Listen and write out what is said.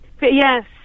yes